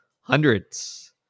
hundreds